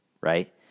right